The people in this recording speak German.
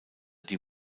die